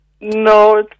No